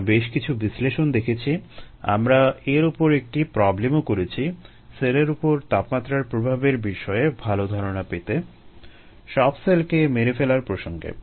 আমরা বেশ কিছু বিশ্লেষণ দেখেছি আমরা এর উপর একটি প্রবলেমও করেছি সেলের উপর তাপমাত্রার প্রভাবের বিষয়ে ভাল ধারণা পেতে সব সেলকে মেরে ফেলার প্রসঙ্গে